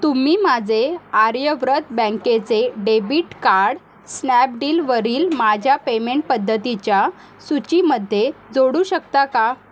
तुम्ही माझे आर्यव्रत बँकेचे डेबिट कार्ड स्नॅपडीलवरील माझ्या पेमेंटपद्धतीच्या सूचीमध्ये जोडू शकता का